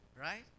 right